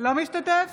אינו משתתף